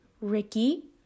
Ricky